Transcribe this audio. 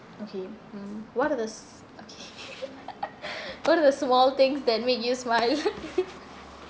okay mm what are the s~ okay what are the small things that make you smile